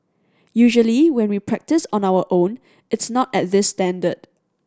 usually when we practise on our own it's not at this standard